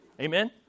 Amen